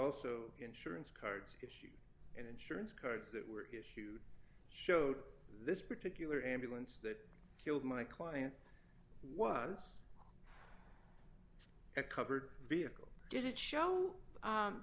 also insurance cards issued and insurance cards that were showed this particular ambulance that killed my client was a covered vehicle didn't show